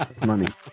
Money